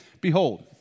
Behold